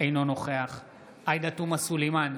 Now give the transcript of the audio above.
אינו נוכח עאידה תומא סלימאן,